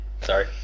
sorry